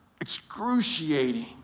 excruciating